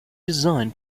design